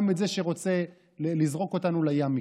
גם את זה שרוצה לזרוק אותנו לים מכאן.